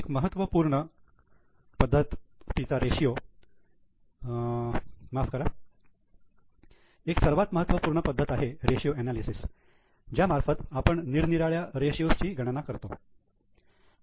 एक महत्त्वपूर्ण सर्वात पद्धत आहे रेशियो अनालिसेस ज्या मार्फत आपण निरनिराळ्या रेशियो ची गणना करू शकतो